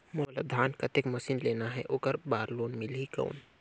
मोला धान कतेक मशीन लेना हे ओकर बार लोन मिलही कौन?